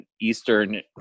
eastern